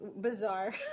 Bizarre